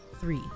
three